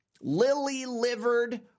lily-livered